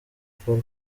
paul